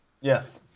Yes